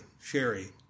Sherry